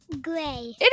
Gray